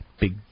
big